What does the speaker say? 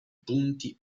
punti